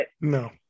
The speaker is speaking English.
no